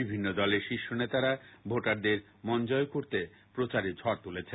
বিভিন্ন দলের শীর্ষনেতারা ভোটারদের মনজয় করতে প্রচারে ঝড় তুলেছেন